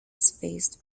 spaced